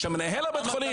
שמנהל בית החולים,